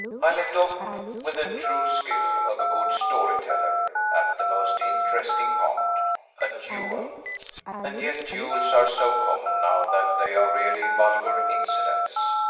i left off with the true skill of a good story-teller, at the most interesting part a duel and yet duels are so common now that they are really vulgar incidents.